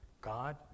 God